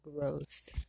gross